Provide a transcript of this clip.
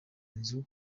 nzu